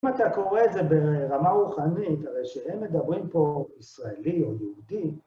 אם אתה קורא את זה ברמה רוחנית, הרי שהם מדברים פה ישראלי או יהודי.